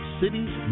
cities